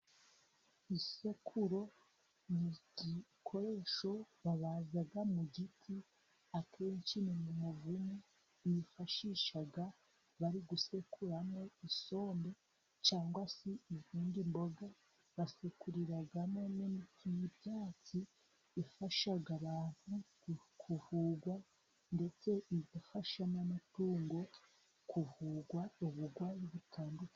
Isekuro ni igikoresho babaza mu giti akenshi ni mu muvumu bifashisha bari gusekuramo isombe, cyangwa se izindi mboga. Basekuriramo n'imiti y'ibyatsi ifasha abantu kuvurwa, ndetse igafasha n'amatungo kuvurwa uburwayi butandukanye.